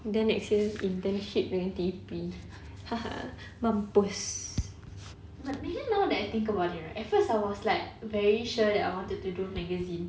then next year internship dengan T_P mampus